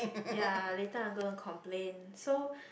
ya later I gonna complain so